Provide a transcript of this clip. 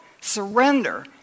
Surrender